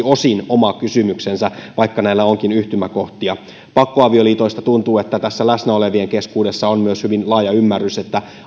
osin oma kysymyksensä vaikka näillä onkin yhtymäkohtia pakkoavioliitoista tuntuu että läsnä olevien keskuudessa on myös hyvin laaja ymmärrys että